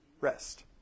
rest